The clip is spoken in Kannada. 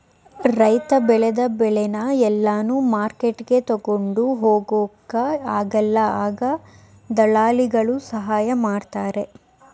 ರೈತ ಬೆಳೆದ ಬೆಳೆನ ಎಲ್ಲಾನು ಮಾರ್ಕೆಟ್ಗೆ ತಗೊಂಡ್ ಹೋಗೊಕ ಆಗಲ್ಲ ಆಗ ದಳ್ಳಾಲಿಗಳ ಸಹಾಯ ಮಾಡ್ತಾರೆ